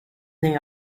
they